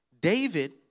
David